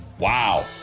Wow